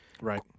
right